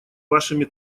вашими